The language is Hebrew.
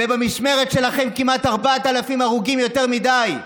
ובמשמרת שלכם כמעט 4,000 הרוגים יותר מדי.